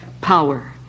power